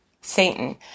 Satan